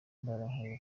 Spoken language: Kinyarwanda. mbarankuru